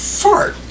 fart